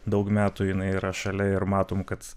daug metų jinai yra šalia ir matom kad